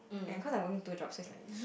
and cause I'm working two jobs so it's like